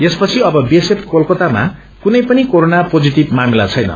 यसपछि अब बीएसएफ कलकतामा कूनै पनि कोरोना पोजीटिष मामिला छैन